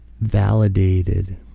Validated